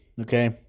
Okay